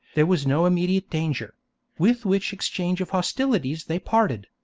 there was no immediate danger with which exchange of hostilities they parted.